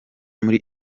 nuri